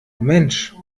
mensch